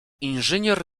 inżynier